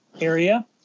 area